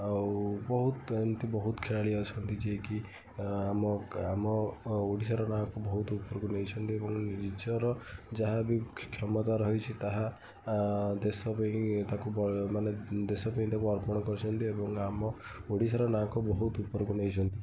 ଆଉ ବହୁତ ଏମତି ବହୁତ ଖେଳାଳି ଅଛନ୍ତି ଯିଏକି ଆମ ଆମ ଓଡ଼ିଶାର ନାଁକୁ ବହୁତ ଉପୁରୁକୁ ନେଇଛନ୍ତି ଏବଂ ନିଜର ଯାହାବି କ୍ଷମତା ରହିଛି ତାହା ମାନେ ଦେଶପାଇଁ ମାନେ ଦେଶପାଇଁ ତାକୁ ଅର୍ପଣ କରଛନ୍ତି ଆମ ଓଡ଼ିଶାର ନାଁକୁ ବହୁତ ଉପରକୁ ନେଇଛନ୍ତି